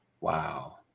Wow